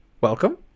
welcome